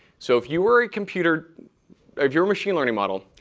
so if you were a computer if you're a machine learning model,